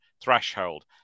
threshold